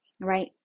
right